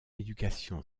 éducation